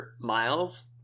Miles